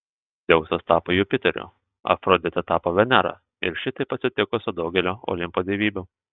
dzeusas tapo jupiteriu afroditė tapo venera ir šitaip atsitiko su daugeliu olimpo dievybių